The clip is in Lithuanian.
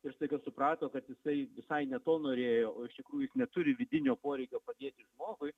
ir staiga suprato kad jisai visai ne to norėjo o iš tikrųjų juk neturi vidinio poreikio padėti žmogui